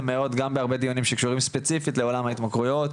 מאוד גם בהרבה דיונים שקשורים ספציפית לעולם ההתמכרויות,